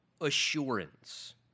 assurance